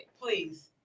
Please